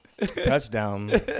touchdown